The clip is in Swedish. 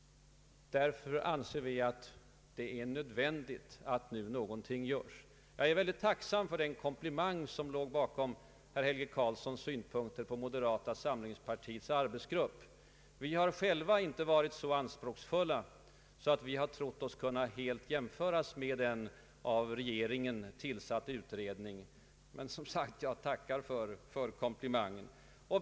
Därför anser vi att det är nödvändigt att nu någonting görs. Jag är mycket tacksam för den komplimang som låg bakom herr Helge Karlssons synpunkter på moderata samlingspartiets arbetsgrupp. Vi har själva inte varit så anspråksfulla att vi trott oss kunna helt jämföras med en av regeringen tillsatt utredning. Men jag tackar som sagt för komplimangen.